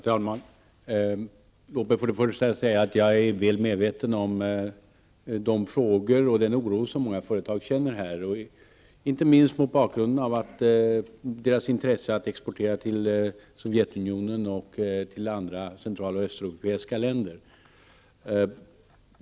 Herr talman! Låt mig först säga att jag är väl medveten om den oro som många företag här känner, inte minst mot bakgrund av deras intresse av att exportera till Sovjetunionen och till andra central och östeuropeiska länder.